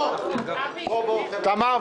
תמר,